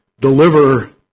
deliver